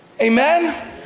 Amen